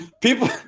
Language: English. people